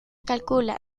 calcula